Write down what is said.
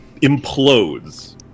implodes